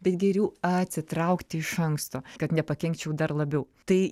bet geriau atsitraukti iš anksto kad nepakenkčiau dar labiau tai